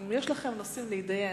אם יש לכם נושאים להתדיין,